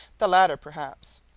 the latter, perhaps.